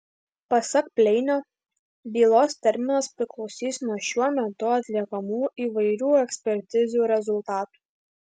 pasak pleinio bylos terminas priklausys nuo šiuo metu atliekamų įvairių ekspertizių rezultatų